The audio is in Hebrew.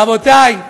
רבותי,